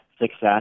success